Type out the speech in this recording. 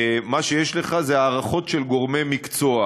מה שיש לך זה הערכות של גורמי מקצוע.